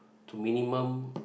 to minimum